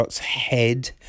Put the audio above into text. head